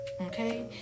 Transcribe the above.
okay